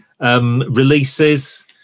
releases